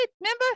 remember